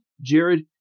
Jared